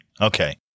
Okay